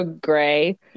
gray